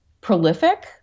prolific